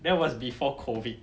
that was before COVID